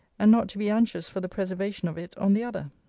and not to be anxious for the preservation of it, on the other.